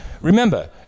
Remember